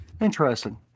Interesting